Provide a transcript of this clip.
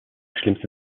schlimmste